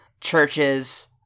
churches